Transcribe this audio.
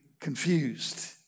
confused